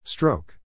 Stroke